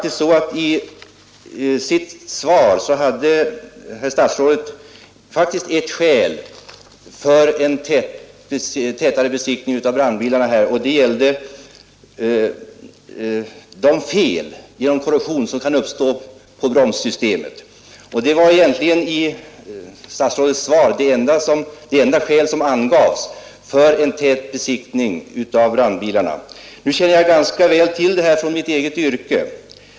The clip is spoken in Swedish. I sitt svar angav herr statsrådet faktiskt ett skäl för en tätare besiktning av brandbilarna, nämligen de fel som genom korrosion kan uppstå på bromssystemet. Det var egentligen det enda skäl som angavs i statsrådets svar för tät besiktning av brandbilarna. Nu känner jag ganska väl till dessa förhållanden från mitt eget yrke.